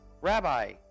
Rabbi